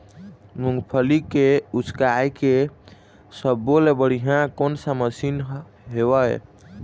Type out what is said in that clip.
मूंगफली के उसकाय के सब्बो ले बढ़िया कोन सा मशीन हेवय?